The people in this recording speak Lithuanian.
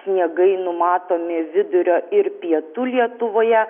sniegai numatomi vidurio ir pietų lietuvoje